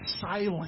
silent